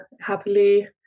happily